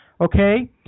Okay